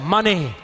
Money